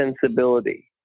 sensibility